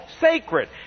sacred